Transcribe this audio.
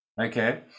Okay